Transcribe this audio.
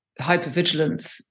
hypervigilance